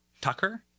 Tucker